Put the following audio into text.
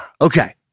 Okay